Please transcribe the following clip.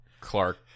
Clark